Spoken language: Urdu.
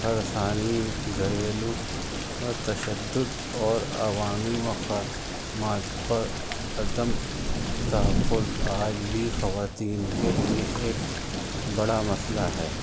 رسانی گھریلو تشدد اور عوامی مقامات پر عدم تحفظ آج بھی خواتین کے لیے ایک بڑا مسئلہ ہے